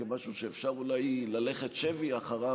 כמשהו שאפשר אולי ללכת שבי אחריו,